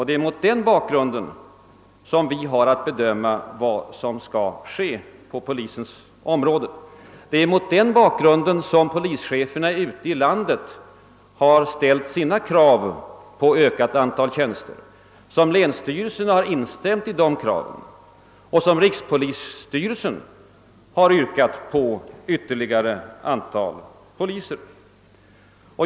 Det är mot den bakgrunden vi skall bedöma vad som bör ske på polisens område, och det är mot den bakgrunden polischeferna ute i landet har framställt krav på flera polistjänster, krav som länsstyrelserna har instämt i och som gjort att rikspolisstyrelsen har yrkat på ett större antal poliser.